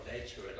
nature